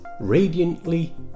radiantly